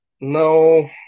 no